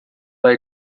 bei